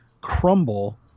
crumble